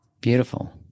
Beautiful